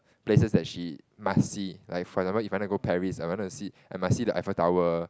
places that she must see like for example if I wanna go Paris I wanna see I must see the Eiffel Tower